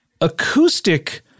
acoustic